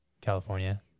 California